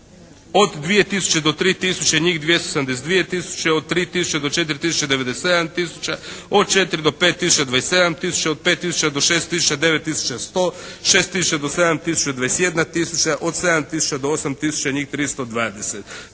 Od 2000 do 3000 njih 272000, od 3000 do 4000 97000, od 4 do 5000 27000, od 5000 do 6000 9100, 6000 do 7000 21000, od 7000 do 8000 njih 320.